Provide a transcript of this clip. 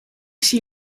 zie